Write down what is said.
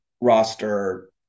roster